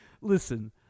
listen